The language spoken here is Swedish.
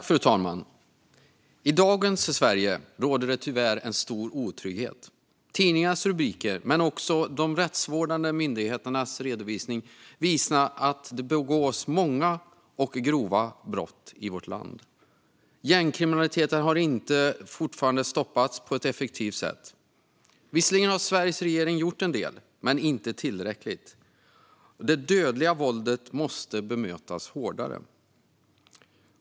Fru talman! I dagens Sverige råder det tyvärr stor otrygghet. Tidningarnas rubriker, men också de rättsvårdande myndigheternas redovisning, visar att det begås många och grova brott i vårt land. Gängkriminaliteten har fortfarande inte stoppats på ett effektivt sätt. Visserligen har Sveriges regering gjort en del, men det är inte tillräckligt. Det dödliga våldet måste bemötas hårdare.